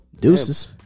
Deuces